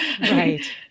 right